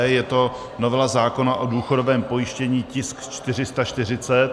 Je to novela zákona o důchodovém pojištění, tisk 440.